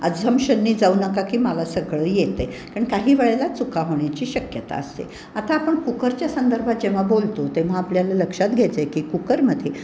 अझमशननी जाऊ नका की मला सगळं येतं आहे कारण काही वेळेला चुका होण्याची शक्यता असते आता आपण कुकरच्या संदर्भात जेव्हा बोलतो तेव्हा आपल्याला लक्षात घ्यायचं आहे की कुकरमध्ये